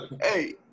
Hey